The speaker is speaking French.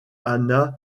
hanna